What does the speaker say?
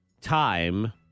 Time